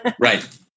Right